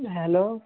hello